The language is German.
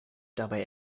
dabei